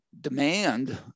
demand